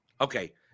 Okay